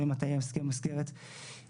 תלוי מתי יהיה הסכם המסגרת הבא.